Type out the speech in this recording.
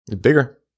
bigger